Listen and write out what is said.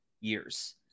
years